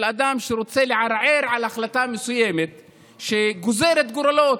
אדם שרוצה לערער על החלטה מסוימת שגוזרת גורלות,